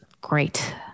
great